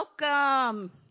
Welcome